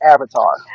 Avatar